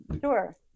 sure